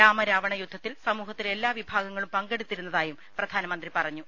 രാമ രാവണ യുദ്ധത്തിൽ സൃമൂഹത്തിലെ എല്ലാ വിഭാഗങ്ങളും പങ്കെടുത്തിരുന്നതായും പ്രധാനമന്ത്രി പറഞ്ഞു